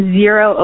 zero